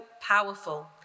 powerful